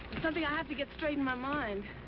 something i have to get straight in my mind.